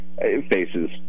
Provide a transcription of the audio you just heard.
faces